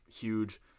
huge